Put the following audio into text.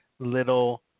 little